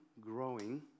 growing